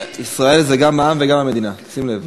ישראל זה גם העם וגם המדינה, שים לב.